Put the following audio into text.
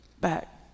back